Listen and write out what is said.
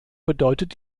bedeutet